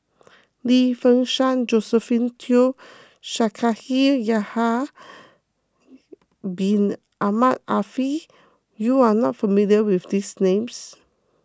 Lim Fei Shen Josephine Teo Shaikh Yahya Bin Ahmed Afifi you are not familiar with these names